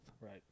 Right